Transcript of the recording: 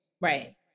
Right